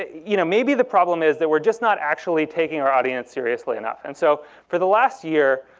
you know maybe the problem is that we're just not actually taking our audience seriously enough. and so for the last year,